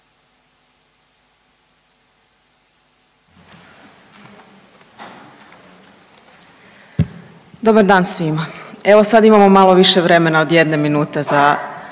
Dobar dan svima. Evo sad imamo malo više vremena od jedne minute za